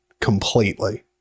completely